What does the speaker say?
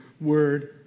Word